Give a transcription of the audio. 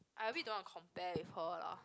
I really don't wanna compared with her lah